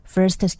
First